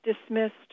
Dismissed